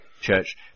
church